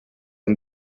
han